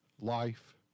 life